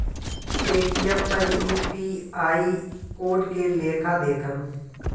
Paytm पर UPI code के लेखा देखम?